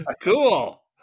Cool